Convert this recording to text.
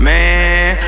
Man